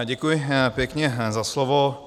Děkuji pěkně za slovo.